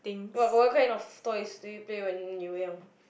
what what kind of toys do you play when you were young